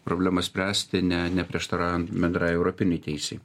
problemą spręsti ne neprieštaraujant bendrai europinei teisei